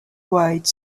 wide